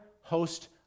host